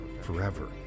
forever